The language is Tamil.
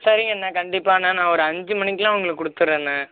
சரிங்கண்ணா கண்டிப்பாகண்ண நான் ஒரு அஞ்சு மணிக்கெல்லாம் உங்களுக்கு கொடுத்துட்றேண்ண